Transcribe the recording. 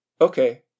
Okay